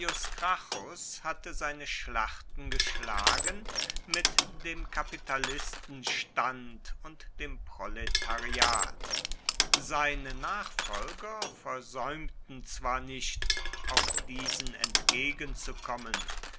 hatte seine schlachten geschlagen mit dem kapitalistenstand und dem proletariat seine nachfolger versäumten zwar nicht auch diesen entgegenzukommen